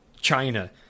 china